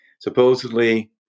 supposedly